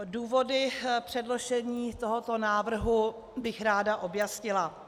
Důvody předložení tohoto návrhu bych ráda objasnila.